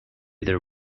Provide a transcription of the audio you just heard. their